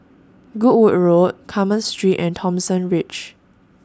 Goodwood Road Carmen Street and Thomson Ridge